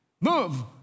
Move